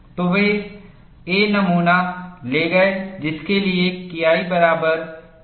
तो वे A नमूना ले गए जिसके लिए KI बराबर P√πa